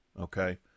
Okay